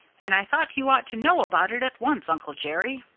and i thought you ought to know about it at once, uncle jerry.